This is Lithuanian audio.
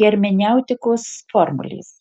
hermeneutikos formulės